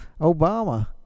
Obama